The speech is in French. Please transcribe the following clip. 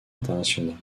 internationale